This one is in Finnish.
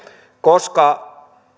koska